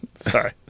Sorry